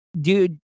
dude